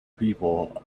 people